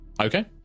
Okay